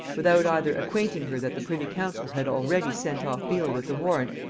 without either acquainting her that the privy-council had already sent off beal with the warrant,